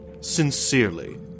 sincerely